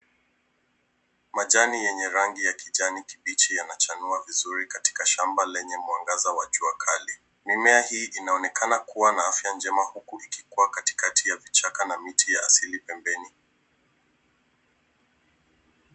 Majani yenye rangi ya kijani kibichi yanachanua vizuri katika shamba lenye mwangaza wa jua kali. Mimea hii inaonekana kuwa na afya njema huku ikikua katikati ya vichaka na miti ya asili pembeni .